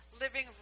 living